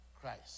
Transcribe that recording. Christ